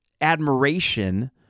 admiration